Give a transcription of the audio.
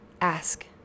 ask